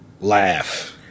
laugh